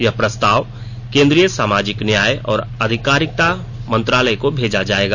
यह प्रस्ताव केन्द्रीय सामाजिक न्याय और अधिकारिता मंत्रालय को भेजा जायेगा